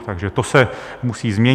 Takže to se musí změnit.